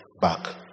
back